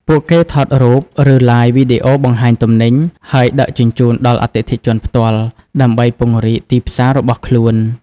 ពួកគេថតរូប ឬ Live វីដេអូបង្ហាញទំនិញ ហើយដឹកជញ្ជូនដល់អតិថិជនផ្ទាល់ ដើម្បីពង្រីកទីផ្សាររបស់ខ្លួន។